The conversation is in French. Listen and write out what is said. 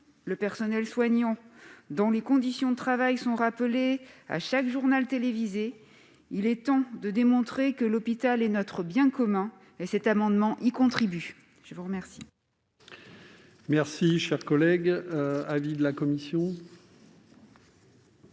le personnel soignant, dont les conditions de travail sont rappelées à chaque journal télévisé. Il est temps de démontrer que l'hôpital est notre bien commun : nous y contribuons avec